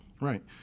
Right